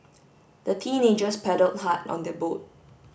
the teenagers paddled hard on their boat